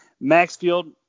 Maxfield